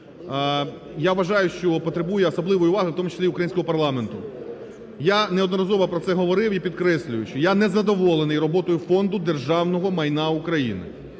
я вважаю, що потребує особливої уваги у тому числі українського парламенту. Я неодноразово про це говорив і підкреслюю, що я не задоволений роботою Фонду державного майна України.